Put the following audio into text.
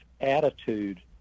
attitude